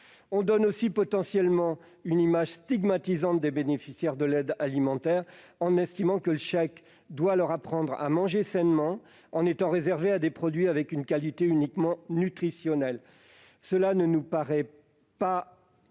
On donne aussi potentiellement une image stigmatisante des bénéficiaires de l'aide alimentaire, en estimant que le chèque doit leur apprendre à manger sainement, c'est-à-dire uniquement des produits avec une qualité nutritionnelle. Cela ne nous paraît pas